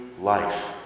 life